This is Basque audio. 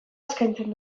eskaintzen